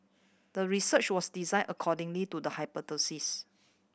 the research was designed accordingly to the hypothesis